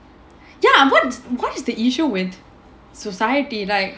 ya and what what is the issue with society like